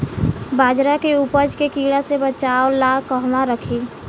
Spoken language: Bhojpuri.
बाजरा के उपज के कीड़ा से बचाव ला कहवा रखीं?